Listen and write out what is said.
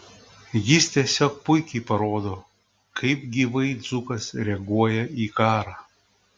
jis tiesiog puikiai parodo kaip gyvai dzūkas reaguoja į karą